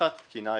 תחת תקינה אירופית.